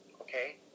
Okay